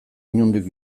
inondik